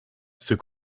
c’est